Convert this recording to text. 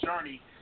journey